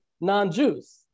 non-Jews